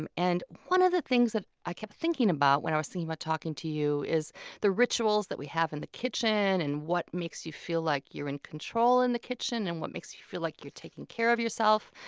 um and one of the things that i kept thinking about when i was thinking about talking to you is the rituals that we have in the kitchen, what makes you feel like you're in control in the kitchen, and what makes you feel like you're taking care of yourself.